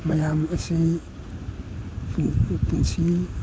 ꯃꯌꯥꯝ ꯑꯁꯤ ꯄꯨꯟꯁꯤ